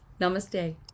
Namaste